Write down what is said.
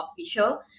Official